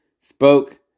spoke